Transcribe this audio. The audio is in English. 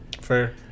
fair